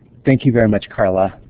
thank you very much, carla.